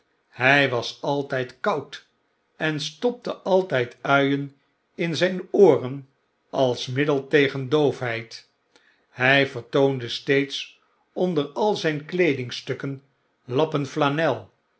hy was altyd koud en stopte altyd uien in zyn ooren als middel tegen doofheid hy vertoonde steeds onder al zyn kleedingstukken lappen flanel